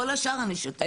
כל השאר אני שותקת.